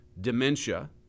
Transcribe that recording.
dementia